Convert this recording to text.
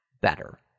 better